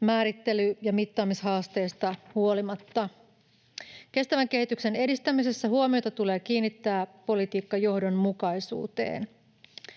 määrittely- ja mittaamishaasteista huolimatta. Kestävän kehityksen edistämisessä huomiota tulee kiinnittää politiikkajohdonmukaisuuteen.